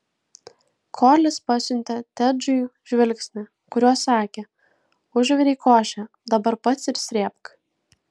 kolis pasiuntė tedžiui žvilgsnį kuriuo sakė užvirei košę dabar pats ir srėbk